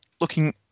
looking